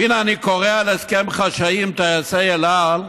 והינה אני קורא על הסכם חשאי עם טייסי אל על,